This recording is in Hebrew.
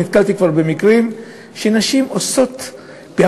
נתקלתי כבר במקרים שנשים בהפגנתיות,